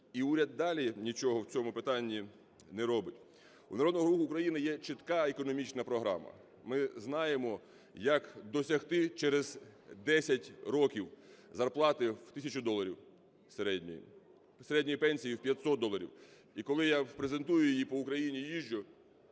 і уряд далі нічого в цьому питанні не робить. У Народного Руху України є чітка економічна програма. Ми знаємо, як досягти через 10 років зарплати в тисячу доларів середньої, середньої пенсії в 500 доларів. І коли я презентую її, по Україні їжджу,